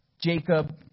Jacob